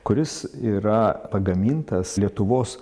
kuris yra pagamintas lietuvos